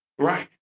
Right